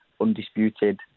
undisputed